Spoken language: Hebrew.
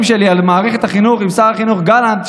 שלי על מערכת החינוך עם שר החינוך גלנט,